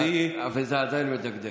אבל זה עדיין מדגדג.